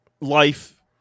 life